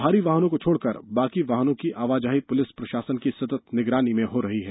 भारी वाहनों को छोड़कर बाकी वाहनों की आवाजाही पुलिस प्रशासन की सतत निगरानी में हो रही है